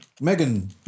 Megan